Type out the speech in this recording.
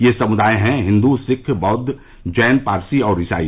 ये समुदाय हैं हिन्दू सिक्ख बौद्द जैन पारसी और ईसाई